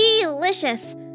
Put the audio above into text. Delicious